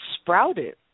sprouted